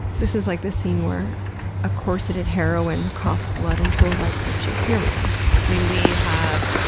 this is like the scene where a corseted heroine coughs blood into a white kerchief. here we go. i mean, we have